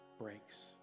breaks